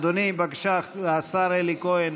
אדוני, בבקשה, השר אלי כהן